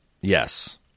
Yes